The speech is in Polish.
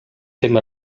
tym